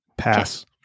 Pass